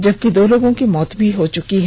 जबकि दो लोगों की मौत हो चुकी है